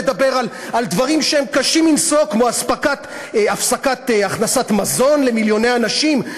לדבר על דברים שהם קשים מנשוא כמו הפסקת הכנסת מזון למיליוני אנשים,